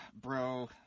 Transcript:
Bro